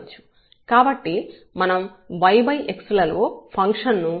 కాబట్టి మనం yx లలో ఫంక్షన్ ను మరియు x2ను కలిగి ఉన్నాము